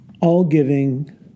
All-giving